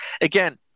again